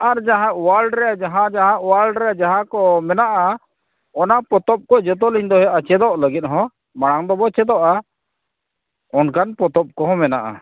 ᱟᱨ ᱡᱟᱦᱟᱸ ᱚᱣᱟᱞᱰ ᱨᱮ ᱡᱟᱦᱟᱸᱼᱡᱟᱦᱟᱸ ᱚᱣᱟᱞᱰ ᱨᱮ ᱡᱟᱦᱟᱸᱠᱚ ᱢᱮᱱᱟᱜᱼᱟ ᱚᱱᱟ ᱯᱚᱛᱚᱵᱽᱠᱚ ᱡᱚᱛᱚᱞᱤᱧ ᱫᱚᱦᱚᱭᱮᱫᱼᱟ ᱪᱮᱫᱚᱜ ᱞᱟᱹᱜᱤᱫᱦᱚᱸ ᱢᱟᱲᱟᱝ ᱫᱚᱵᱚ ᱪᱮᱫᱚᱜᱼᱟ ᱚᱱᱠᱟᱱ ᱯᱚᱛᱚᱵᱽ ᱠᱚᱦᱚᱸ ᱢᱮᱱᱟᱜᱼᱟ